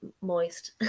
moist